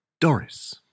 Doris